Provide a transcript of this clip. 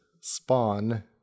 Spawn